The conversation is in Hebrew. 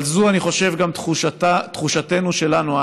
אבל זו, אני חושב, גם תחושתנו שלנו.